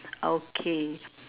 okay